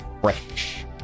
fresh